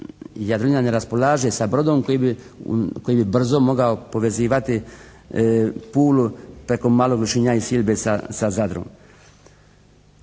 Jadrolinija ne raspolaže sa brodom koji bi brzo mogao povezivati Pulu preko Malog Lošinja i Silbe sa Zadrom.